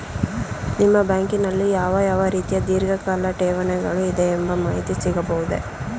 ನಿಮ್ಮ ಬ್ಯಾಂಕಿನಲ್ಲಿ ಯಾವ ಯಾವ ರೀತಿಯ ಧೀರ್ಘಕಾಲ ಠೇವಣಿಗಳು ಇದೆ ಎಂಬ ಮಾಹಿತಿ ಸಿಗಬಹುದೇ?